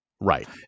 right